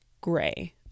Gray